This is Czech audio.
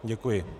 Děkuji.